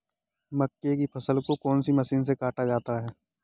मक्के की फसल को कौन सी मशीन से काटा जाता है?